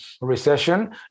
recession